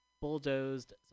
bulldozed